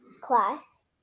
class